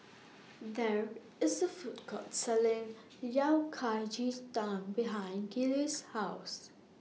There IS A Food Court Selling Yao Kai Ji Tang behind Gillie's House